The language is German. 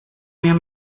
mir